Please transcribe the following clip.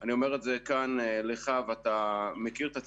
ואני אומר את זה כאן לך, ואתה מכיר את הציבור.